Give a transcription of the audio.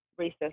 racist